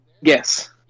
yes